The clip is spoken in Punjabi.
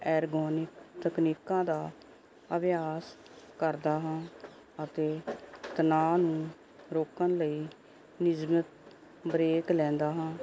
ਐਰਗੋਨੀ ਤਕਨੀਕਾਂ ਦਾ ਅਭਿਆਸ ਕਰਦਾ ਹਾਂ ਅਤੇ ਤਣਾਅ ਨੂੰ ਰੋਕਣ ਲਈ ਨਿਯਮਤ ਬਰੇਕ ਲੈਂਦਾ ਹਾਂ